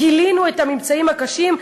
גילינו את הממצאים הקשים,